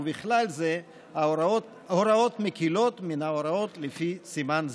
ובכלל זה הוראות מקילות מההוראות לפי סימן זה".